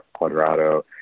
Cuadrado